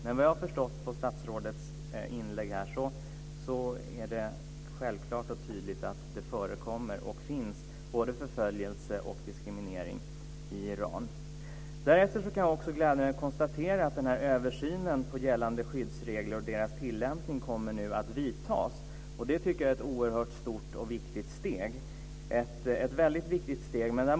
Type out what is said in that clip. Såvitt jag har förstått av statsrådets inlägg är det självklart och tydligt att både förföljelse och diskriminering förekommer i Iran. Därefter kan jag också glädjande konstatera att översynen av gällande skyddsregler och deras tilllämpning nu kommer att vidtas. Det tycker jag är ett oerhört stort och viktigt steg.